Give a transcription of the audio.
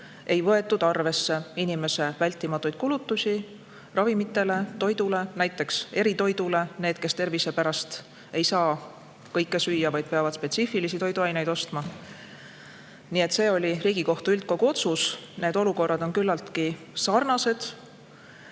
ei võetud arvesse inimese vältimatuid kulutusi ravimitele, toidule, näiteks eritoidule. [Osa inimesi] ei saa tervise pärast kõike süüa, vaid peavad spetsiifilisi toiduaineid ostma. Nii et see oli Riigikohtu üldkogu otsus. Need olukorrad on küllaltki sarnased.